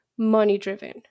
money-driven